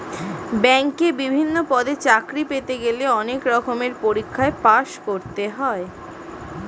ব্যাংকে বিভিন্ন পদে চাকরি পেতে গেলে অনেক রকমের পরীক্ষায় পাশ করতে হয়